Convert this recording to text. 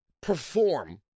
perform